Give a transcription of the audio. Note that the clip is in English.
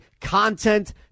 content